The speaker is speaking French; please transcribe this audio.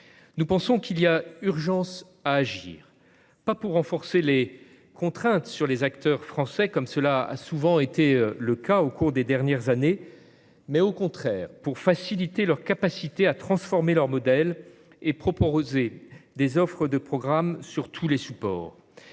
Nous pensons qu'il est urgent d'agir, non pas pour renforcer les contraintes sur les acteurs français, comme cela a souvent été le cas au cours des dernières années, mais, au contraire, pour libérer leur capacité à transformer leur modèle et à proposer des offres de programmes sur tous les supports.